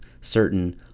certain